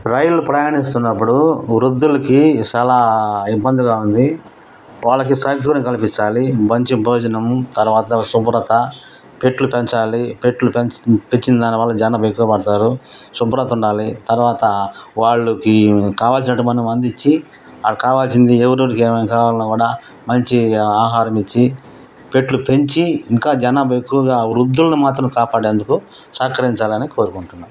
రైళ్ళు ప్రయాణిస్తున్నప్పుడు వృద్ధులకి చాలా ఇబ్బందిగా ఉంది వాళ్ళకి సౌకర్యం కల్పించాలి మంచి భోజనం తర్వాత శుభ్రత పెట్టెలు పెంచాలి పెట్టెలు పెంచ్ పెంచిన దానివల్ల జనాభా ఎక్కువ పడతారు శుభ్రత ఉండాలి తర్వాత వాళ్ళకి కావాల్సినటువంటివి మనం అందించి వాళ్ళకి కావాల్సింది ఎవరెవరికి ఏమేం కావాలన్నా కూడా మంచి ఆహారం ఇచ్చి పెట్టెలు పెంచి ఇంకా జనాభ ఎక్కువగా వృద్ధులను మాత్రం కాపాడేందుకు సహకరించాలని కోరుకుంటున్నాం